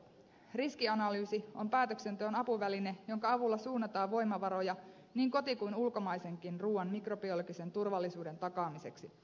riskianalyysi on päätöksenteon apuväline jonka avulla suunnataan voimavaroja niin koti kuin ulkomaisenkin ruuan mikrobiologisen turvallisuuden takaamiseksi